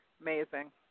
Amazing